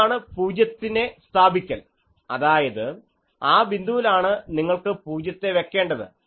ഇതാണ് പൂജ്യത്തിനെ സ്ഥാപിക്കൽ അതായത് ആ ബിന്ദുവിൽ ആണ് നിങ്ങൾക്ക് പൂജ്യത്തെ വെക്കേണ്ടത്